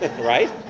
right